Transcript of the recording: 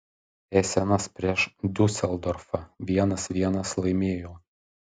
esenas prieš diuseldorfą vienas vienas laimėjau